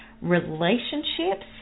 relationships